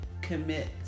commit